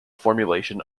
formulation